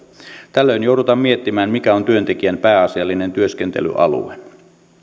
tällöin joudutaan miettimään mikä on työntekijän pääasiallinen työskentelyalue